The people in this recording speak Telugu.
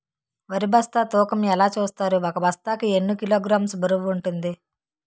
వరి బస్తా తూకం ఎలా చూస్తారు? ఒక బస్తా కి ఎన్ని కిలోగ్రామ్స్ బరువు వుంటుంది?